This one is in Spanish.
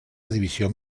división